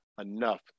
enough